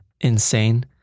insane